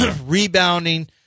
Rebounding